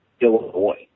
Illinois